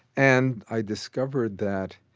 and i discovered that,